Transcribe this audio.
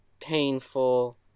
painful